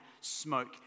smoke